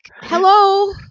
Hello